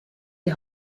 die